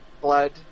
blood